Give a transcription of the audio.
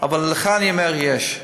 אבל לך אני אומר: יש.